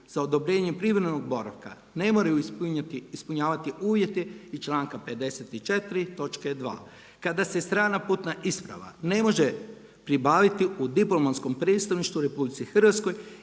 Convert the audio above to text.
sa odobrenjem privremenog boravka ne moraju ispunjavati uvjete iz članka 54. točke 2., kada se strana putna isprava ne može pribaviti u diplomatskom predstavništvu u RH ili kada